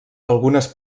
algunes